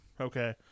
okay